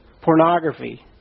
pornography